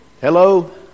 Hello